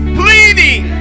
pleading